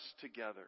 together